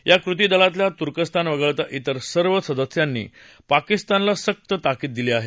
या कृतीदलातल्या तुर्कस्तान वगळता त्रिर सर्व सदस्यांनी पाकिस्तानला सक्त ताकीद केली आहे